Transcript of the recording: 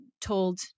told